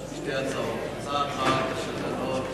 חוק: אחת של דנון,